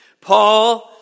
Paul